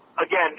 Again